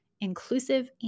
inclusive